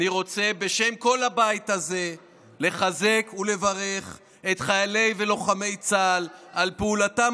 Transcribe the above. אני רוצה בשם כל הבית הזה לחזק ולברך את חיילי ולוחמי צה"ל על פעולתם